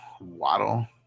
Waddle